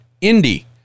Indy